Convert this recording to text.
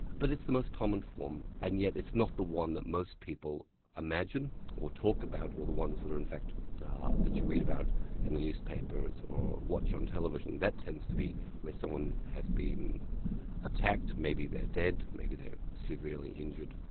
but it's the most common form, and yet it's not the one that most people imagine or talk about, or the ones that in fact that you read about and in newspapers or watch on television. that tends to be where someone has been attacked, maybe they're dead, maybe they're severely injured,